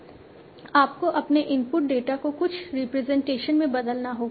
आपको अपने input data को कुछ रिप्रेजेंटेशन में बदलना होगा